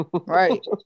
right